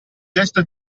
gesto